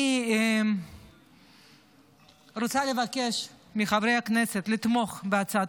אני רוצה לבקש מחברי הכנסת לתמוך בהצעת